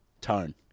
tone